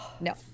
No